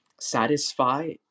satisfy